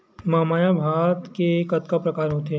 महमाया भात के कतका प्रकार होथे?